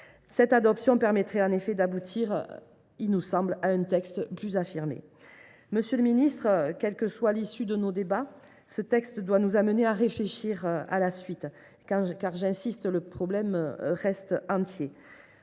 Leur adoption permettrait, nous semble t il, d’aboutir à un texte plus affirmé. Monsieur le ministre, quelle que soit l’issue de nos débats, ce texte doit nous amener à réfléchir à la suite, car – j’y insiste – le problème reste entier.